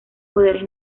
poderes